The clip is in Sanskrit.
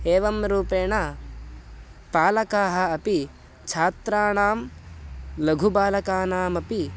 एवं रूपेण पालकाः अपि छात्राणां लघुबालकानामपि